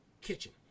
kitchen